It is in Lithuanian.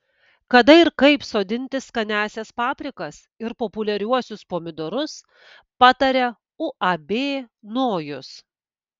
kada ir kaip sodinti skaniąsias paprikas ir populiariuosius pomidorus pataria uab nojus